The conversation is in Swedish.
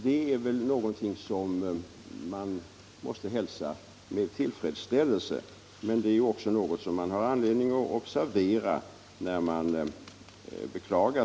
Det är något som vi måste hälsa med tillfredsställelse men också något som det finns anledning att observera när man beklagar